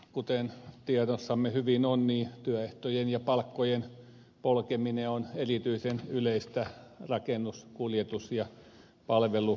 kuten tiedossamme hyvin on niin työehtojen ja palkkojen polkeminen on erityisen yleistä rakennus kuljetus ja palvelualoilla